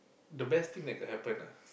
the best thing that could happen ah